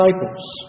disciples